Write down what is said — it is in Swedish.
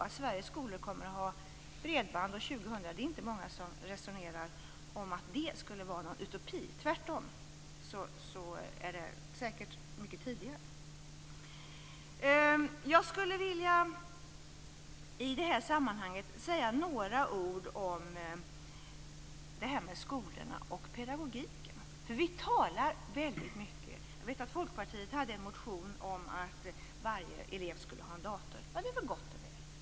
Det är inte många som menar att det skulle vara en utopi att Sveriges skolor kommer att ha bredband år 2000, tvärtom. Det sker säkert mycket tidigare. Jag skulle i detta sammanhang vilja säga några ord om skolorna och pedagogiken. Folkpartiet hade en motion om att varje elev skulle ha en dator. Det är väl gott och väl.